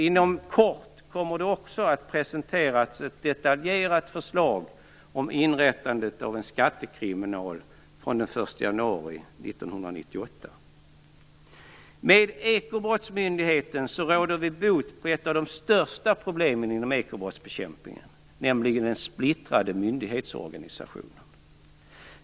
Inom kort kommer det också att presenteras ett detaljerat förslag om inrättandet av en skattekriminal från den 1 januari 1998. Med ekobrottsmyndigheten råder man bot på ett av de största problemen inom ekobrottsbekämpningen, nämligen den splittrade myndighetsorganisationen.